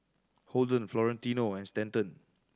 Holden Florentino and Stanton